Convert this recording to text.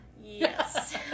Yes